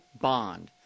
Bond